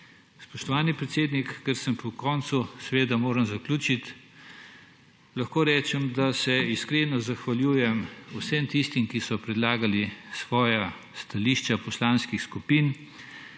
Spoštovani predsednik, ker sem proti koncu, seveda moram zaključiti. Lahko rečem, da se iskreno zahvaljujem vsem tistim, ki so predlagali svoja stališča poslanskih skupin,